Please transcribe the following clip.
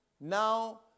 Now